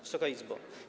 Wysoka Izbo!